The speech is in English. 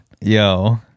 yo